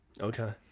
okay